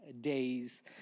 Days